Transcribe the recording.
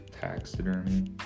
taxidermy